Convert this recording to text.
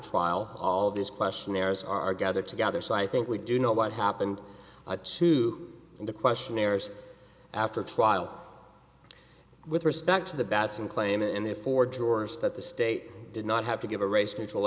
trial all these questionnaires are gathered together so i think we do know what happened to the questionnaires after trial with respect to the bats and claim and therefore drawers that the state did not have to give a race neutral